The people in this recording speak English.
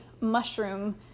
mushroom